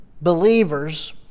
believers